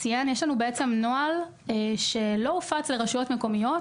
יש נוהל שלא הופץ לרשויות המקומיות,